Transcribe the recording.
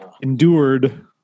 endured